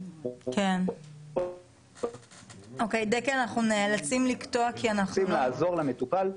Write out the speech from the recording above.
לכן לא צריך ללכת מעבר לזה, בניגוד לאופיואידים,